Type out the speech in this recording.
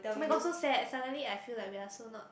oh-my-god so sad suddenly I feel like we are so not